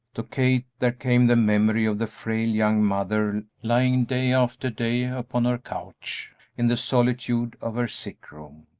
to kate there came the memory of the frail, young mother lying, day after day, upon her couch in the solitude of her sick-room,